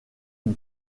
une